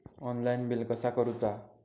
Online bill कसा करुचा?